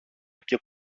και